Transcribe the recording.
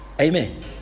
Amen